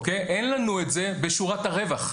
אין לנו את זה בשורת הרווח.